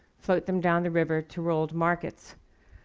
float them down the river to world markets.